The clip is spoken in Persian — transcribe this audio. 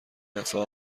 دفعه